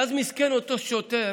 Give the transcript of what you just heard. ואז מסכן אותו שוטר,